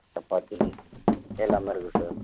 சப்பாத்தி எல்லாமே இருக்குது சார்